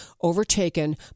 overtaken